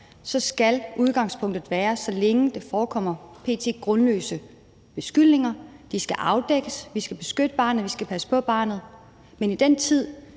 skal udgangspunktet være, at så længe der forekommer grundløse beskyldninger, skal de afdækkes. Vi skal beskytte barnet, vi skal passe på barnet. Men i den tid